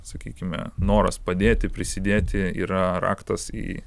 sakykime noras padėti prisidėti yra raktas į